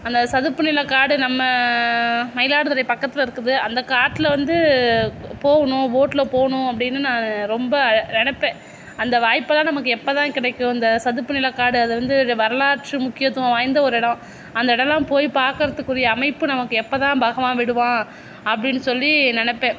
அந்த சதுப்பு நிலக்காடு நம்ம மயிலாடுதுறை பக்கத்தில் இருக்குது அந்த காட்டில் வந்து போகணும் போட்டில் போகணும் அப்படின்னு நான் ரொம்ப நினப்பேன் அந்த வாய்ப்பெலாம் நமக்கு எப்போதான் கிடைக்கும் இந்த சதுப்பு நிலக்காடு அது வந்து வரலாற்று முக்கியத்துவம் வாய்ந்த ஒரு இடம் அந்த இடம்லாம் போய் பார்க்குறதுக்குரிய அமைப்பு நமக்கு எப்போதான் பகவான் விடுவான் அப்படின்னு சொல்லி நினப்பேன்